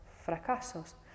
fracasos